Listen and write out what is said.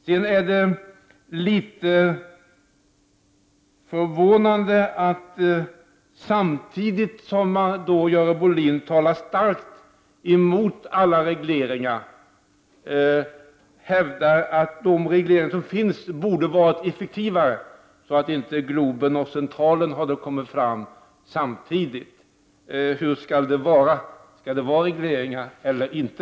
Det är vidare litet förvånande att samtidigt som Görel Bohlin talar starkt emot alla regleringar, hävdar hon att de regleringar som finns borde vara effektivare så att inte t.ex. Globen och Centralen byggts samtidigt. Hur skall det vara? Skall det vara regleringar eller inte?